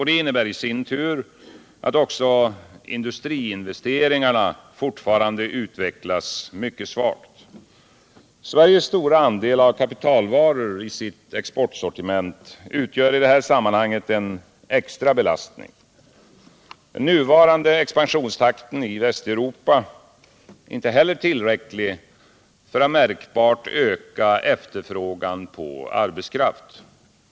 Det innebär i sin tur att också industriinvesteringarna fortfarande utvecklas mycket svagt. Sveriges stora andel av kapitalvaror i sitt exportsortiment utgör i detta sammanhang en extra belastning. Den nuvarande expansionstakten i Västeuropa är inte heller tillräcklig för att märkbart öka efterfrågan på arbetskraft.